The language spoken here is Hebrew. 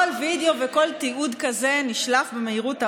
כל וידיאו וכל תיעוד כזה נשלח במהירות האור,